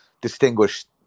distinguished